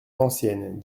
l’ancienne